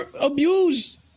abused